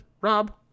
Rob